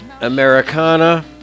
Americana